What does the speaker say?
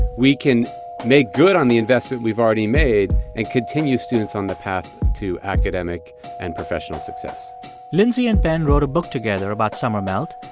we can make good on the investment we've already made and continue students on the path to academic and professional success lindsay and ben wrote a book together about summer melt.